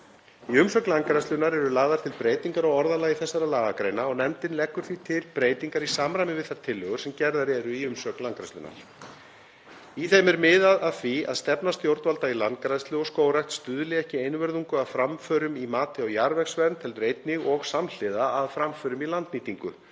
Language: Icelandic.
Í umsögn Landgræðslunnar eru lagðar til breytingar á orðalagi þessara lagagreina og nefndin leggur því til breytingar í samræmi við þær tillögur sem gerðar eru í umsögn Landgræðslunnar. Í þeim er miðað að því að stefna stjórnvalda í landgræðslu og skógrækt stuðli ekki einvörðungu að framförum í mati á jarðvegsvernd heldur einnig og samhliða að framförum í landnýtingu.